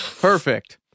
Perfect